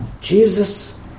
Jesus